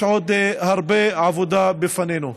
יש עוד הרבה עבודה לפנינו.